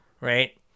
Right